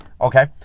Okay